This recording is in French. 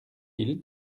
ils